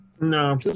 No